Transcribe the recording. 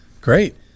great